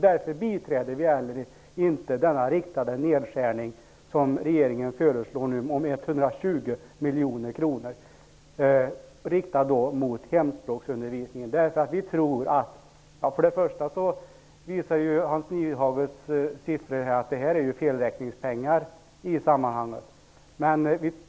Därför biträder vi heller inte den riktade nedskärning om 120 miljoner inom hemspråksundervisningen som regeringen föreslår. Hans Nyhages siffror visar att det är ''felräkningspengar'' i sammanhanget.